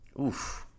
Oof